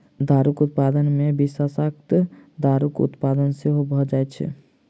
दारूक उत्पादन मे विषाक्त दारूक उत्पादन सेहो भ जाइत छै